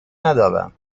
ندارم